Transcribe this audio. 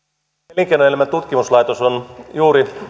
elinkeinoelämän tutkimuslaitos on juuri